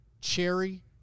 cherry